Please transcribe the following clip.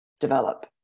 develop